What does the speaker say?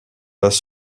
pas